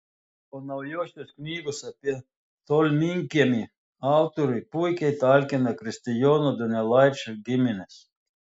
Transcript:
o naujosios knygos apie tolminkiemį autoriui puikiai talkina kristijono donelaičio giminės